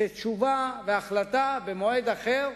שתשובה והחלטה במועד אחר,